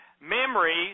memories